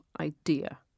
idea